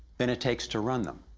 than it takes to run them.